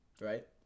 right